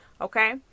Okay